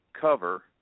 cover